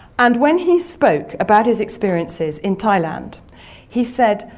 and when he spoke about his experiences in thailand he said,